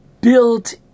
built